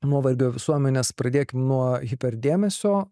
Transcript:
nuovargio visuomenės pradėkim nuo hiper dėmesio